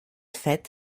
fett